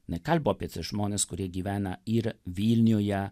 nekalbu apie tuos žmones kurie gyvena ir vilniuje